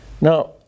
Now